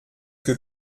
que